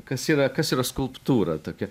kas yra kas yra skulptūra tokia